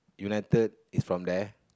united is from there